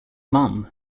mom